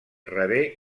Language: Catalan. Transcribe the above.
rebé